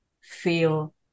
feel